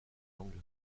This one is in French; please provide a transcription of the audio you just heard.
langue